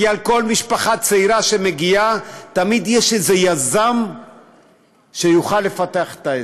כי על כל משפחה צעירה שמגיעה תמיד יש איזה יזם שיוכל לפתח עסק.